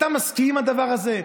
אתה מסכים עם הדבר הזה?